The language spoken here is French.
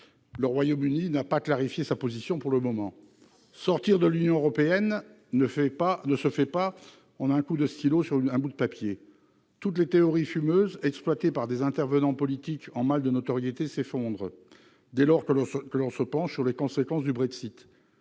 le Royaume-Uni n'ayant pas clarifié sa position pour le moment. Sortir de l'Union européenne ne se fait pas d'un trait de stylo sur un bout de papier ! Toutes les théories fumeuses exploitées par des intervenants politiques en mal de notoriété s'effondrent dès lors que l'on se penche sur les conséquences du Brexit.